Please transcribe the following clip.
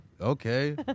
Okay